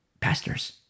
pastors